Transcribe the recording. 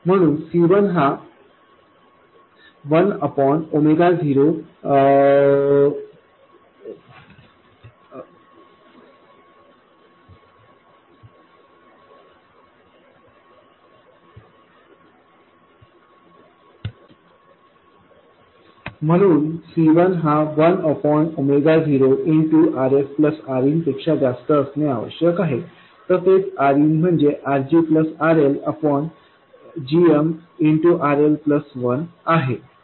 म्हणून C1 हा 1 0Rs Rin पेक्षा जास्त असणे आवश्यक आहे तसेच Rin म्हणजे RG RL gmRL1 आहे